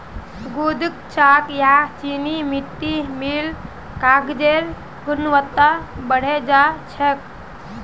गूदेत चॉक या चीनी मिट्टी मिल ल कागजेर गुणवत्ता बढ़े जा छेक